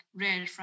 rare